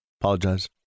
Apologize